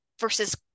versus